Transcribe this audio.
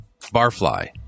Barfly